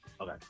Okay